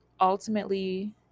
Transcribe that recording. ultimately